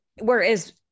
Whereas